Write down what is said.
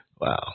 Wow